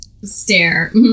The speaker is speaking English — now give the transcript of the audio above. Stare